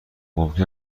ممکن